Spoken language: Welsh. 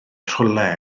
rhywle